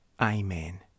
Amen